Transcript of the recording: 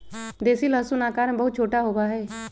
देसी लहसुन आकार में बहुत छोटा होबा हई